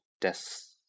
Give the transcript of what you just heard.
death